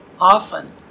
often